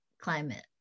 climate